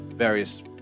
various